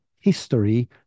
history